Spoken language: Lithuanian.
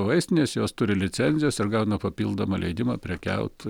vaistinės jos turi licencijas ir gauna papildomą leidimą prekiaut